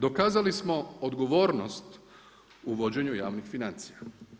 Dokazali smo odgovornost u vođenju javnih financija.